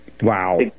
Wow